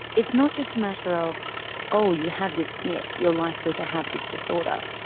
it's not just a matter of oh, you have this snp you're likely to have this disorder'.